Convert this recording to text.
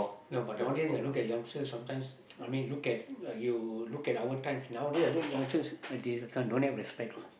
no but nowadays I look youngsters sometimes I mean look at you look at our times nowadays I look youngsters they don't have respect lah